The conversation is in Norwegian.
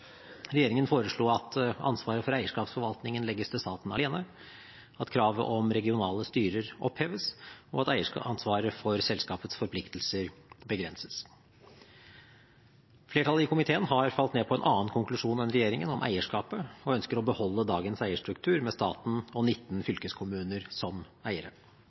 Regjeringen foreslo at ansvaret for eierskapsforvaltningen legges til staten alene, at kravet om regionale styrer oppheves, og at eieransvaret for selskapets forpliktelser begrenses. Flertallet i komiteen har falt ned på en annen konklusjon enn regjeringen om eierskapet og ønsker å beholde dagens eierstruktur med staten og 19 fylkeskommuner som eiere.